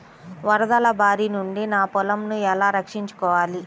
వరదల భారి నుండి నా పొలంను ఎలా రక్షించుకోవాలి?